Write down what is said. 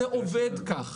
זה עובד כך.